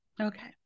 okay